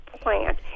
plant